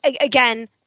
again